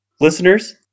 Listeners